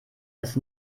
das